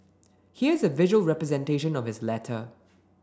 here's a visual representation of his letter